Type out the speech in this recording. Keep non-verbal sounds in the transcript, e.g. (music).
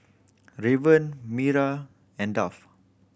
Raven me (unintelligible) and Duff